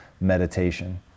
meditation